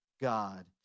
God